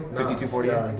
fifty two forty ah